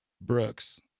brooks